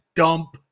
dump